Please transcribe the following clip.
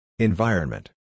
Environment